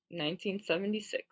1976